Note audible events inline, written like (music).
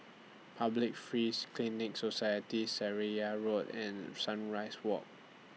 Public Free (unintelligible) Clinic Society Seraya Road and Sunrise Walk